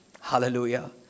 Hallelujah